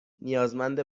نیازمند